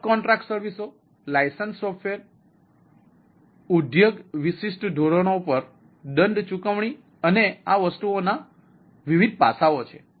સબ contract સર્વિસઓ licence software ઉદ્યોગ વિશિષ્ટ ધોરણો પર દંડ ચુકવણી અને આ વસ્તુઓના વિવિધ પાસાઓ છે